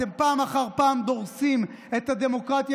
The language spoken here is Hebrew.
אתם פעם אחר פעם דורסים את הדמוקרטיה